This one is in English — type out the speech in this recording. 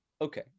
Okay